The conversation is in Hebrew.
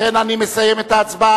לכן אני מסיים את ההצבעה.